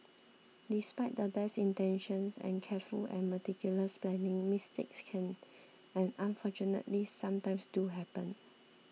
despite the best intentions and careful and meticulous planning mistakes can and unfortunately sometimes do happen